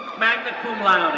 magna cum laude,